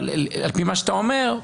על פי מה שאתה אומר,